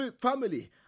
family